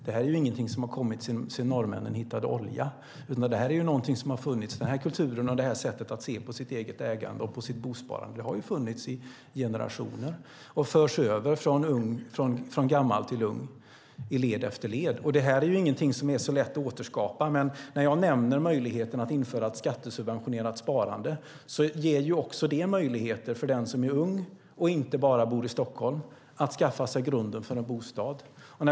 Det här är inget som har kommit sedan norrmännen hittade olja. Den kulturen och det sättet att se på sitt eget ägande och bosparande har funnits i generationer och förs över från gammal till ung i led efter led. Det här är ingenting som är lätt att återskapa. När jag nämner möjligheten att införa ett skattesubventionerat sparande ger det möjligheter för den som är ung och inte bara bor i Stockholm att skaffa sig grunden för en bostad.